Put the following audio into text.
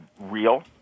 real